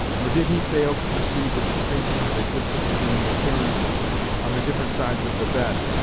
nor did he fail to perceive the distinction that existed between the appearances on the different sides of the bed,